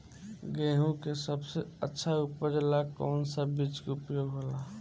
गेहूँ के सबसे अच्छा उपज ला कौन सा बिज के उपयोग होला?